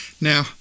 Now